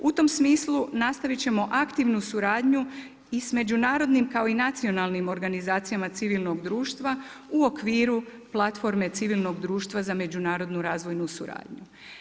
U tom smislu nastavit ćemo aktivnu suradnju i s međunarodnim kao i nacionalnim organizacijama civilnog društva u okviru platforme civilnog društva za međunarodnu razvojnu suradnju.